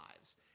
lives